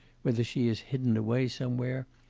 whether she is hidden away somewhere,